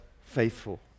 faithful